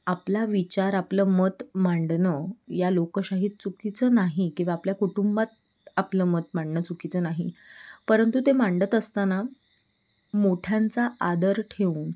आपला विचार आपलं मत मांडणं या लोकशाहीत चुकीचं नाही किंवा आपल्या कुटुंबात आपलं मत मांडणं चुकीचं नाही परंतु ते मांडत असताना मोठ्यांचा आदर ठेवून